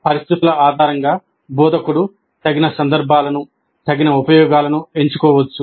పరిస్థితుల ఆధారంగా బోధకుడు తగిన సందర్భాలను తగిన ఉపయోగాలను ఎంచుకోవచ్చు